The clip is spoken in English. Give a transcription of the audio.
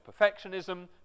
perfectionism